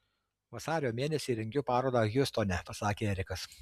vasario mėnesį rengiu parodą hjustone pasakė erikas